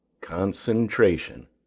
Concentration